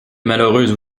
malheureuses